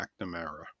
McNamara